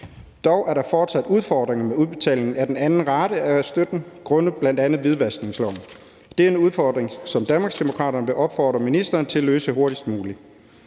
Dog er der fortsat udfordringer med udbetaling af den anden rate af støtten grundet bl.a. hvidvaskningsloven. Det er en udfordring, som Danmarksdemokraterne vil opfordre ministeren til at løse hurtigst muligt.